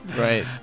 Right